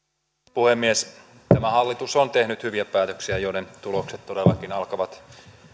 puhemies tämä hallitus on tehnyt hyviä päätöksiä joiden tulokset todellakin alkavat